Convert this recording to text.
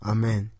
Amen